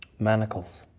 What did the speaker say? manacles.